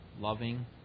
loving